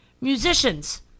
musicians